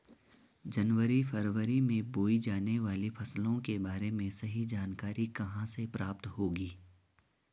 जनवरी फरवरी में बोई जाने वाली फसलों के बारे में सही जानकारी कहाँ से प्राप्त होगी?